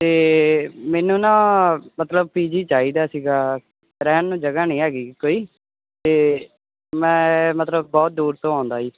ਅਤੇ ਮੈਨੂੰ ਨਾ ਮਤਲਬ ਪੀ ਜੀ ਚਾਹੀਦਾ ਸੀਗਾ ਰਹਿਣ ਨੂੰ ਜਗ੍ਹਾ ਨਹੀਂ ਹੈਗੀ ਕੋਈ ਅਤੇ ਮੈਂ ਮਤਲਬ ਬਹੁਤ ਦੂਰ ਤੋਂ ਆਉਂਦਾ ਜੀ